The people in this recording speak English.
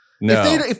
No